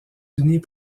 unis